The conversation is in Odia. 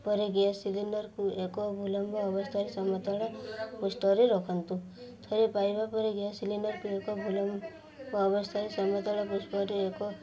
ପରେ ଗ୍ୟାସ୍ ସିଲିଣ୍ଡରକୁ ଏକ ଭୁଲମ୍ବ ଅବସ୍ଥାରେ ସମତଳ ପୃଷ୍ଠରେ ରଖନ୍ତୁ ଥରେ ପାଇବା ପରେ ଗ୍ୟାସ୍ ସିଲିଣ୍ଡରକୁ ଏକ ଭୁଲମ୍ବ ଅବସ୍ଥାରେ ସମତଳ ପୃଷ୍ଠରେ ଏକ